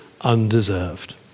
undeserved